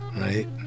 right